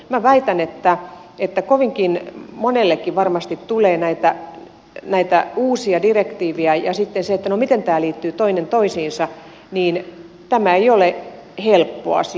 minä väitän että kovin monellekin tulee varmasti näitä uusia direktiivejä ja sitten se miten nämä liittyvät toinen toisiinsa ei ole helppo asia